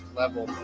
level